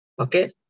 Okay